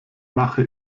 mache